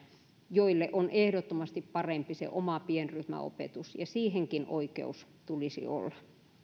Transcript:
joille on ehdottomasti parempi se oma pienryhmäopetus ja siihenkin oikeus tulisi